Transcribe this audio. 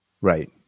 Right